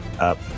up